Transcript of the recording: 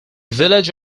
village